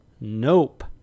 Nope